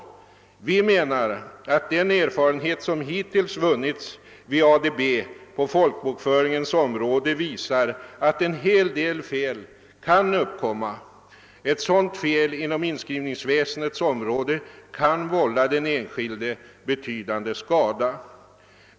Vi menar att den erfarenhet som hittills vunnits av ADB på folkbokföringens område visar att en hel del fel kan uppkomma. Ett sådant fel inom inskrivningsväsendets område kan vålla den enskilde betydande skada.